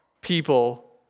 people